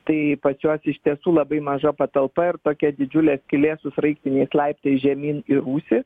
tai pačios iš tiesų labai maža patalpa ir tokia didžiulė skylė su sraigtiniais laiptais žemyn į rūsį